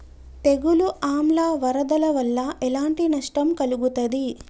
తెగులు ఆమ్ల వరదల వల్ల ఎలాంటి నష్టం కలుగుతది?